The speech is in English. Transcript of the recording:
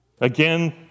Again